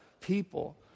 people